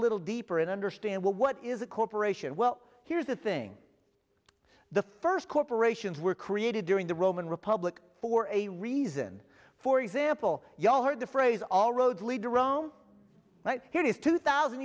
little deeper and understand what is a corporation well here's the thing the first corporations were created during the roman republic for a reason for example you all heard the phrase all roads lead to rome here is two thousand